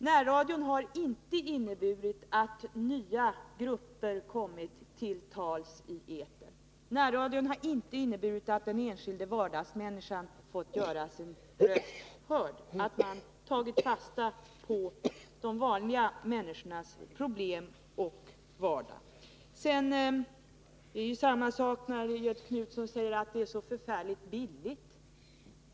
Närradion har inte inneburit att nya grupper kommit till tals i etern. Närradion har inte inneburit att den enskilda vardagsmänniskan fått göra sin röst hörd, att man tagit fasta på de vanliga människornas problem och vardag. Göthe Knutson säger att det är så förfärligt billigt.